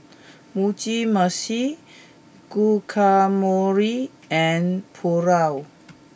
Mugi meshi Guacamole and Pulao